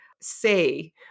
say